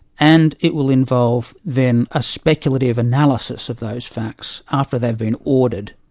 and it will involve then a speculative analysis of those facts after they've been ordered.